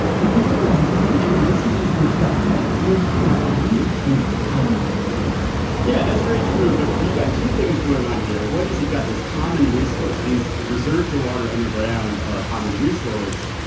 because otherwise, eventually this is just going to stop dead. there is not going to be an almond crop yeah that's very true, but you've got two things going on here one is you've got this common resource. these reserves of water underground are a common resource.